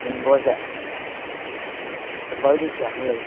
ꯃꯦꯡꯒꯣꯁꯦ ꯑꯦꯄꯜꯗꯤ ꯀꯌꯥꯃꯨꯛ ꯂꯩꯒꯦ